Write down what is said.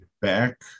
back